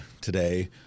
today